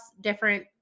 different